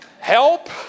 Help